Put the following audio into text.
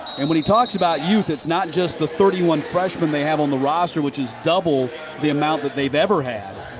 and when he talks about youth, it's not just the thirty one freshmen they have on the roster, which is double the amount that they've ever had,